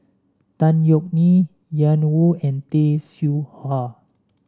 Tan Yeok Nee Ian Woo and Tay Seow Huah